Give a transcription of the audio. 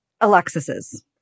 Alexis's